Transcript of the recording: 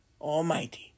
almighty